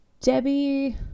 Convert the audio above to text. Debbie